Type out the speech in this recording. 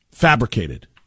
Fabricated